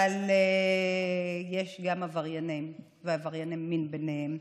אבל יש גם עבריינים, ועברייני מין ביניהם.